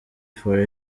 for